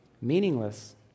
meaningless